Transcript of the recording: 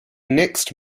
next